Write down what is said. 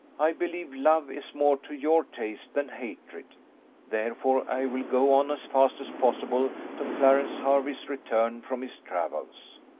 i believe love is more to your taste than hatred therefore i will go on as fast as possible to clarence hervey's return from his travels.